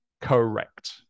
Correct